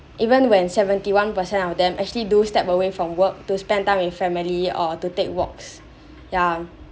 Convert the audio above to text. even when seventy one percent of them actually do step away from work to spend time with family or to take walks ya